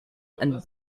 and